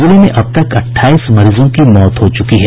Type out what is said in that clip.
जिले में अब तक अट्ठाईस मरीजों की मौत हो चुकी है